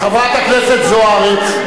חברת הכנסת זוארץ,